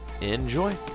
enjoy